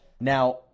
Now